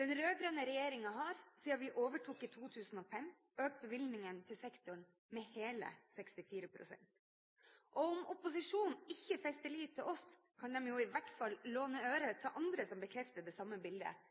Den rød-grønne regjeringen har, siden vi overtok i 2005, økt bevilgningene til sektoren med hele 64 pst. Om opposisjonen ikke fester lit til oss, kan de jo i hvert fall låne øre til andre som bekrefter det samme bildet,